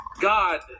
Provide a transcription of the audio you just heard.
God